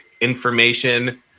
information